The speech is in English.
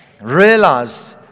realized